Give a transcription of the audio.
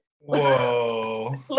Whoa